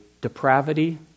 depravity